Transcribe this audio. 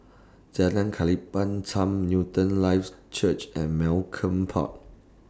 Jalan Newton Life Church and Malcolm Park